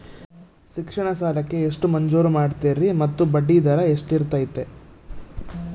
ಶಿಕ್ಷಣ ಸಾಲಕ್ಕೆ ಎಷ್ಟು ಮಂಜೂರು ಮಾಡ್ತೇರಿ ಮತ್ತು ಬಡ್ಡಿದರ ಎಷ್ಟಿರ್ತೈತೆ?